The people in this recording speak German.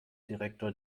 direktor